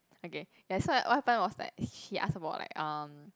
okay ya so what happened was like he asked about like um